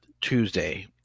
Tuesday